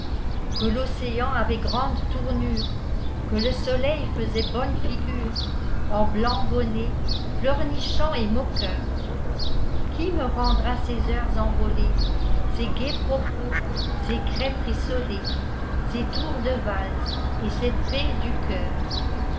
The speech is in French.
que l'océan avait grande tournure que le soleil faisait bonne figure en blanc bonnet pleurnichant et moqueur qui me rendra ces heures envolées ces gais propos ces crêpes rissolées ces tours de valse et cette paix du coeur